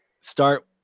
Start